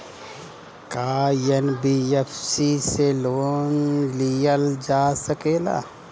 का एन.बी.एफ.सी से लोन लियल जा सकेला?